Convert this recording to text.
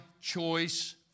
choice